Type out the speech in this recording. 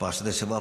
בפרשת השבוע,